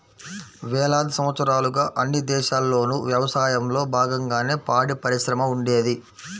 వేలాది సంవత్సరాలుగా అన్ని దేశాల్లోనూ యవసాయంలో బాగంగానే పాడిపరిశ్రమ ఉండేది